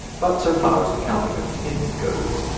but, so far as the counting of heads goes,